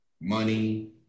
money